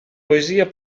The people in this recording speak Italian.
poesia